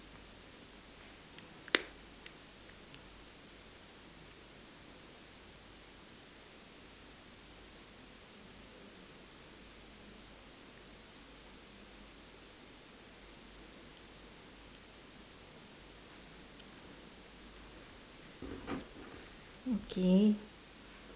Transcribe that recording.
okay